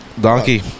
Donkey